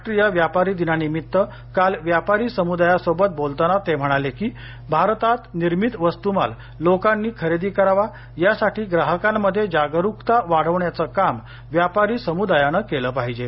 राष्ट्रीय व्यापारी दिनानिमित्त काल व्यापारी समुदायासोबत बोलताना ते म्हणाले की भारतात निर्मित वस्तुमाल लोकांनी खरेदी करावा यासाठी ग्राहकांमध्ये जागरुकता वाढवण्याचं काम व्यापारी समुदायानं केलं पाहिजे